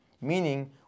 Meaning